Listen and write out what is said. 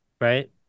right